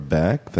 back